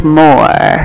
more